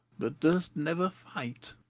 but durst never fight.